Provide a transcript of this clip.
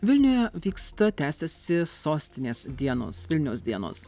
vilniuje vyksta tęsiasi sostinės dienos vilniaus dienos